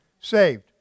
Saved